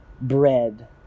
bread